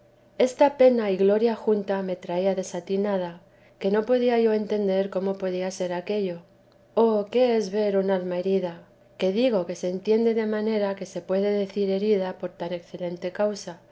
esta pena y gloria junta me traía desatinada que no podía yo entender cómo podía ser aquello oh qué es ver un alma herida que digo que se entiende dé manera que se puede decir herida por tan excelente causa